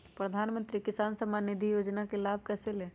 प्रधानमंत्री किसान समान निधि योजना का लाभ कैसे ले?